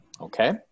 Okay